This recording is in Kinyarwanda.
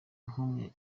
kumwe